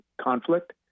conflict